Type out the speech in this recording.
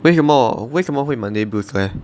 为什么为什么会 monday blues leh